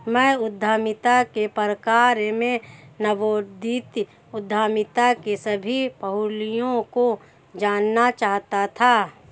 मैं उद्यमिता के प्रकार में नवोदित उद्यमिता के सभी पहलुओं को जानना चाहता था